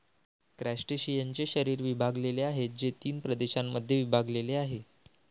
क्रस्टेशियन्सचे शरीर विभागलेले आहे, जे तीन प्रदेशांमध्ये विभागलेले आहे